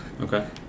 Okay